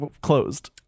closed